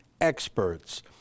experts